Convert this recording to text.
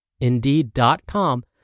Indeed.com